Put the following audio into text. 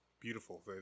beautiful